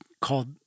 called